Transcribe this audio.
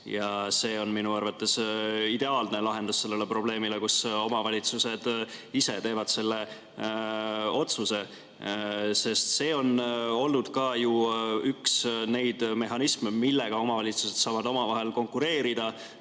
See on minu arvates ideaalne lahendus sellele probleemile, et omavalitsused ise teevad selle otsuse. See on olnud ka ju üks neid mehhanisme, millega omavalitsused saavad omavahel konkureerida,